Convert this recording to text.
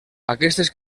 aquestes